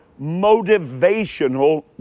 motivational